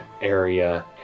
area